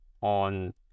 on